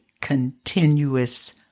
continuous